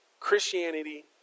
Christianity